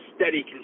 steady